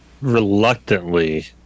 reluctantly